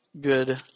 good